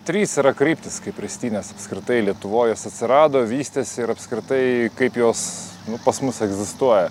trys yra kryptys kaip ristynės apskritai lietuvoj jos atsirado vystėsi ir apskritai kaip jos pas mus egzistuoja